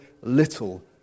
little